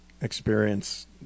experience